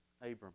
Abram